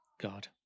God